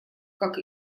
как